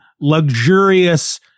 luxurious